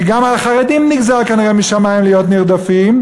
כי גם על החרדים נגזר כנראה משמים להיות נרדפים,